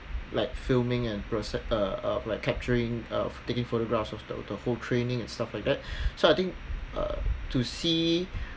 like filming and proce~ uh like capturing of taking photographs of the full training and stuff like that so I think uh to see